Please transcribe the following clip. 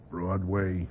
Broadway